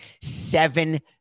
seven